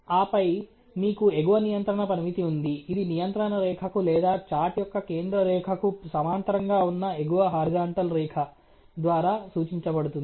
ఆపై మీకు ఎగువ నియంత్రణ పరిమితి ఉంది ఇది నియంత్రణ రేఖకు లేదా చార్ట్ యొక్క కేంద్ర రేఖకు సమాంతరంగా ఉన్న ఎగువ హారిజాన్టల్ రేఖ ద్వారా సూచించబడుతుంది